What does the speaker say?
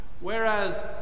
Whereas